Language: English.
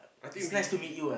I think we